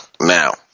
Now